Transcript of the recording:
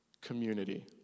community